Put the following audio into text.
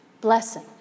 blessing